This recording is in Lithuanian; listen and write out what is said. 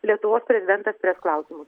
lietuvos prezidentas spręs klausimus